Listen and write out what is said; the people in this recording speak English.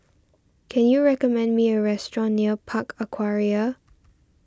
can you recommend me a restaurant near Park Aquaria